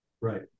Right